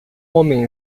homem